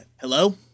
hello